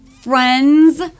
friends